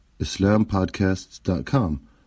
islampodcasts.com